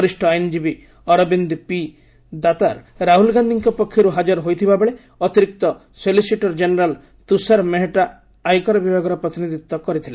ବରିଷ୍ଠ ଆଇନଜୀବୀ ଅରବିନ୍ଦ୍ ପି ଦାତାର ରାହ୍ରଲ ଗାନ୍ଧିଙ୍କ ପକ୍ଷର ହାଜର ହୋଇଥିବାବେଳେ ଅତିରିକ୍ତ ସିଲିସିଟର୍ କେନେରାଲ୍ ତୃଷାର୍ ମେହେଟା ଆୟକର ବିଭାଗର ପ୍ରତିନିଧିତ୍ୱ କରିଥିଲେ